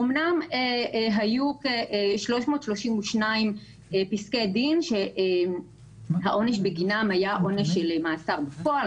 אמנם היו 332 פסקי דין שהעונש בגינם היה עונש של מאסר בפועל,